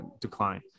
decline